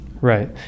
right